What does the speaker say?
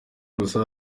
gusa